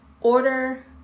order